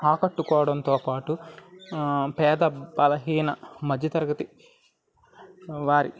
ఆకట్టుకోవడంతో పాటు పేద బలహీన మధ్యతరగతి వారి